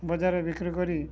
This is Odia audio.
ବଜାରରେ ବିକ୍ରି କରି